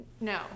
no